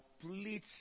complete